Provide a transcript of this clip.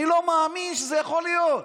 אני לא מאמין שזה יכול להיות.